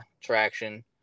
traction